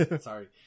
Sorry